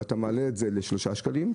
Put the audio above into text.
וכשאתה קובע מחיר של 3 שקלים,